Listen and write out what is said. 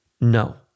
No